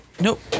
nope